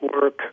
work